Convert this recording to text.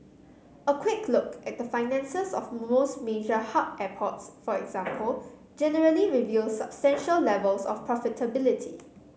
a quick look at the finances of most major hub airports for example generally reveals substantial levels of profitability